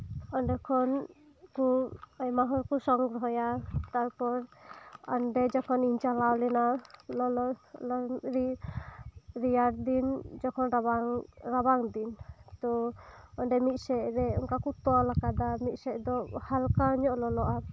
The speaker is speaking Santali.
ᱚᱸᱰᱮ ᱠᱷᱚᱱ ᱛᱚ ᱟᱭᱢᱟᱦᱚᱲ ᱠᱚ ᱥᱚᱝᱜᱨᱚᱦᱚᱭᱟ ᱛᱟᱨᱯᱚᱨ ᱚᱸᱰᱮ ᱡᱚᱠᱷᱚᱱᱤᱧ ᱪᱟᱞᱟᱣ ᱞᱮᱱᱟ ᱞᱚᱞᱚ ᱨᱮᱭᱟᱲᱫᱤᱱ ᱡᱚᱠᱷᱚᱱ ᱨᱟᱵᱟᱝ ᱨᱟᱵᱟᱝᱫᱤᱱ ᱛᱚ ᱚᱸᱰᱮ ᱢᱤᱫᱥᱮᱫ ᱨᱮ ᱚᱱᱠᱟ ᱠᱚ ᱛᱚᱞ ᱟᱠᱟᱫᱟ ᱢᱤᱫᱥᱮᱫ ᱫᱚ ᱦᱟᱞᱠᱟᱧᱚᱜ ᱞᱚᱞᱚᱜᱼᱟ